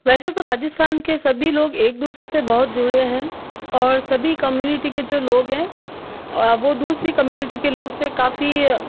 वैसे तो राजस्थान के सभी लोग एक दूसरे से बहुत जुड़े हैं और सभी कम्युनिटी के जो लोग हैं वो दूसरी कम्युनिटी के लोग से काफ़ी